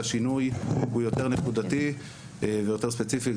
השינוי הוא יותר נקודתי ויותר ספציפי,